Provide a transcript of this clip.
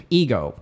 ego